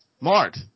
Mart